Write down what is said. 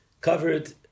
covered